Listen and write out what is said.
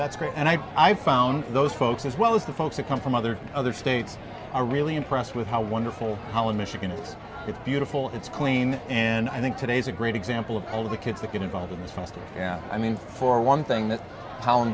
that's great and i i found those folks as well as the folks that come from other other states are really impressed with how wonderful how in michigan it's beautiful it's clean and i think today's a great example of all of the kids that get involved in this fast and i mean for one thing that tow